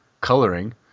coloring